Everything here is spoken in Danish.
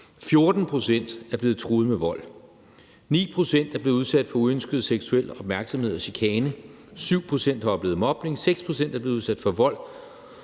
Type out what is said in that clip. pct. er blevet truet med vold, 9 pct. er blevet udsat for uønsket seksuel opmærksomhed og chikane, 7 pct. har oplevet mobning, 6 pct. er blevet udsat for vold,